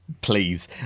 Please